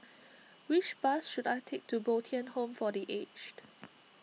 which bus should I take to Bo Tien Home for the Aged